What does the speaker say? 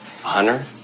hunter